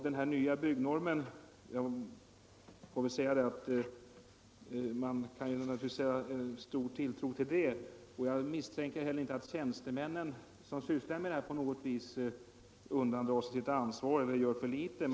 Den nya byggnormen kan man naturligtvis sätta stor tilltro till. Jag misstänker inte att tjänstemännen, som sysslar med detta, på något vis undandrar sig sitt ansvar eller gör för litet.